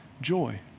joy